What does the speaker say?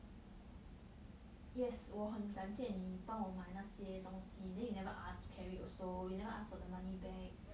yes 我很感谢你帮我买那些东西 then you never ask to carry also you never ask for the money back